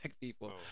people